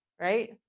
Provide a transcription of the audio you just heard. right